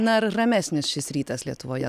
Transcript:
na ar ramesnis šis rytas lietuvoje